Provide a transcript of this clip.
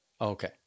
Okay